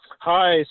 Hi